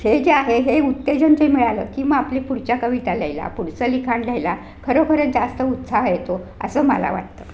हे जे आहे हे उत्तेजन जे मिळालं की मग आपली पुढच्या कविता लिहायला पुढचं लिखाण लिहायला खरोखरच जास्त उत्साह येतो असं मला वाटतं